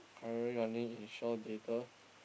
currently only in Shaw-Theatre